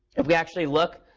if we actually look,